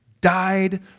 died